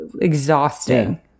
exhausting